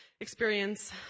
experience